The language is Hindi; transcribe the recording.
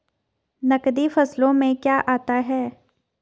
नकदी फसलों में क्या आता है?